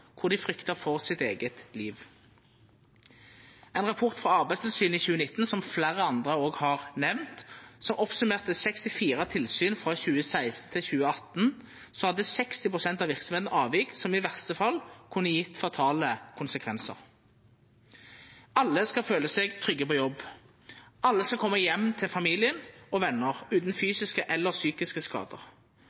kor dei frykta for sitt eige liv. Ein rapport frå Arbeidstilsynet i 2019 – som fleire andre òg har nemnd – som summerte opp 64 tilsyn frå 2016 til 2018, viste at 60 pst. av verksemdene hadde avvik som i verste fall kunne gjeve fatale konsekvensar. Alle skal føla seg trygge på jobb. Alle skal koma heim til familie og vener utan fysiske eller psykiske